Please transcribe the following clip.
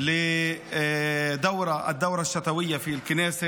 לכנס החורף בכנסת.